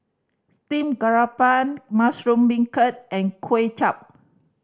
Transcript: steam garoupa mushroom beancurd and Kway Chap